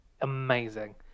amazing